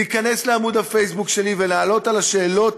להיכנס לעמוד הפייסבוק שלי ולענות על השאלות